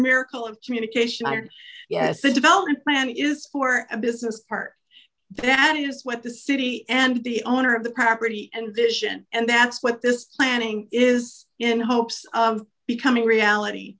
miracle of communication yes the development plan is for a business part that is what the city and the owner of the property and vision and that's what this plan inc is in hopes of becoming reality